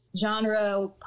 genre